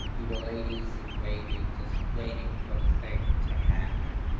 we were ladies and waiting, just waiting for the thing to happen.